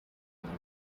bamwe